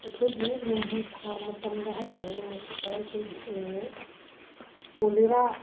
ꯑꯩꯈꯣꯏꯒꯤ ꯅꯣꯡꯖꯨ ꯊꯥ ꯃꯇꯝꯗ ꯍꯥꯏꯇꯥꯔꯦ ꯃꯁꯤꯗ ꯑꯩꯈꯣꯏꯒꯤ ꯀꯣꯂꯦꯔꯥ